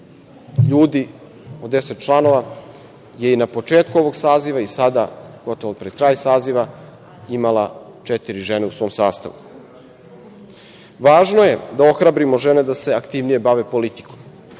ljudi, od 10 članova, je i na početku ovog Saziva i sada gotovo pred kraj Saziva, imala četiri žene u svom sastavu. Važno je da ohrabrimo žene da se aktivnije bave politikom,